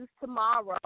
tomorrow